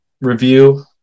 review